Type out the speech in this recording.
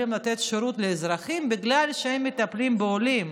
לתת שירות לאזרחים בגלל שהם מטפלים בעולים.